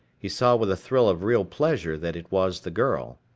he saw with a thrill of real pleasure that it was the girl.